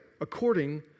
according